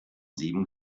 sieben